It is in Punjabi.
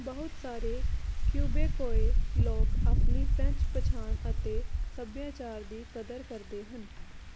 ਬਹੁਤ ਸਾਰੇ ਕਿਊਬੇਕੋਈ ਲੋਕ ਆਪਣੀ ਫ੍ਰੈਂਚ ਪਛਾਣ ਅਤੇ ਸੱਭਿਆਚਾਰ ਦੀ ਕਦਰ ਕਰਦੇ ਹਨ